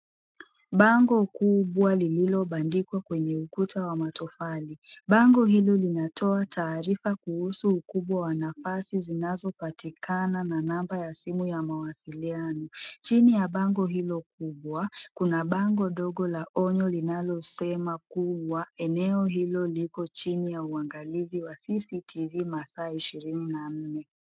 Bango kubwa lililobandikwa kwenye ukuta wa matofali. Bango hilo linatoa taarifa kuhusu ukubwa wa nafasi zinazopatikana na namba ya simu ya mawasiliano. Chini ya bango hilo kubwa, kuna bango ndogo la onyo linalosema kuwa eneo hilo liko chini ya uangalizi wa CCTV masaa ishirini na nne.